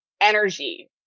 energy